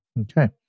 Okay